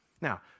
Now